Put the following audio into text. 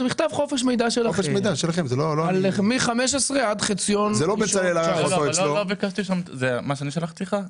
זה מכתב חופש מידע שלכם מ-15' עד חציון 19'. זה לא מה שאני שלחתי לך?